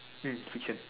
um fiction